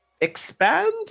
expand